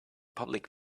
public